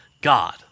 God